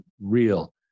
real